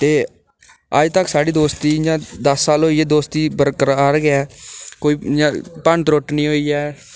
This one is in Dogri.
ते अज्ज तक्कर साढ़ी दोस्ती इ'यां दस्स साल होई गे दोस्ती बरकरार गै कोई इ'यां भन्न त्रुट्ट निं होई ऐ